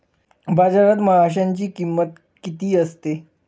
बाजारात माशांची किंमत किती असते?